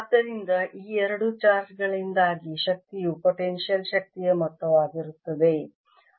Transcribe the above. ಆದ್ದರಿಂದ ಈ ಎರಡು ಚಾರ್ಜ್ ಗಳಿಂದಾಗಿ ಶಕ್ತಿಯು ಪೊಟೆನ್ಶಿಯಲ್ ಶಕ್ತಿಯ ಮೊತ್ತವಾಗಿರುತ್ತದೆ